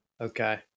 Okay